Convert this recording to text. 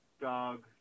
dog